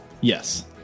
Yes